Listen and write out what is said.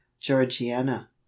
georgiana